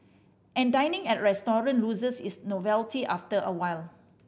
and dining at a restaurant loses its novelty after a while